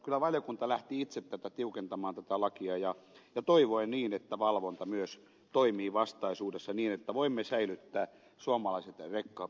kyllä valiokunta lähti itse tiukentamaan tätä lakia ja toivoi niin että valvonta myös toimii vastaisuudessa niin että voimme säilyttää suomalaiset eyre co